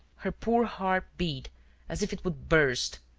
her poor heart beat as if it would burst,